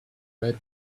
red